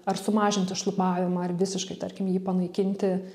ar sumažinti šlubavimą ar visiškai tarkim jį panaikinti